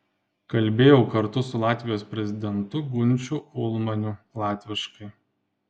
kalbėjau kartu su latvijos prezidentu gunčiu ulmaniu latviškai